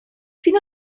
fino